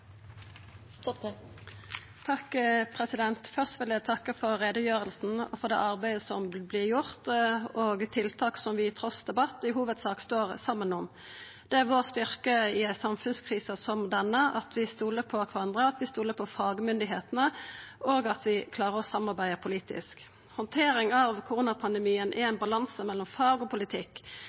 Først vil eg takka for utgreiinga og det arbeidet som vert gjort, og tiltak som vi trass debatt i hovudsak står saman om. Det er styrken vår i ei samfunnskrise som denne at vi stoler på kvarandre, at vi stoler på fagmyndigheitene, og at vi klarer å samarbeida politisk. Handteringa av koronapandemien er ein balanse mellom fag og politikk.